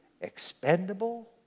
expendable